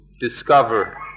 discover